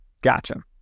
Gotcha